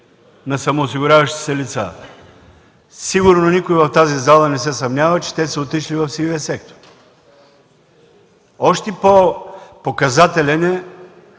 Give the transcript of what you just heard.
на самоосигуряващите се лица. Сигурно никой в тази зала не се съмнява, че те са отишли в сивия сектор. Още по-показателен е